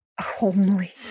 Homely